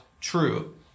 true